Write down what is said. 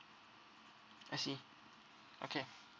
I see okay